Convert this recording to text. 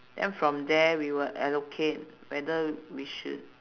then from there we will allocate whether we should